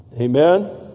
Amen